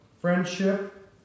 friendship